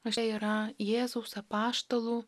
o čia yra jėzaus apaštalų